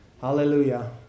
Hallelujah